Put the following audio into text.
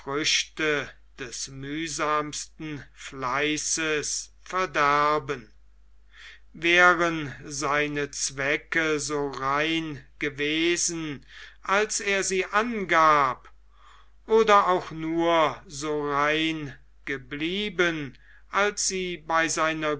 des mühsamsten fleißes verderben wären seine zwecke so rein gewesen als er sie angab oder auch nur so rein geblieben als sie bei seiner